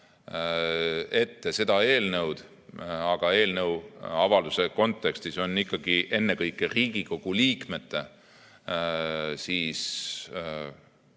ette seda eelnõu – aga eelnõu avalduse kontekstis on ikkagi ennekõike Riigikogu liikmete